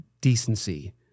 decency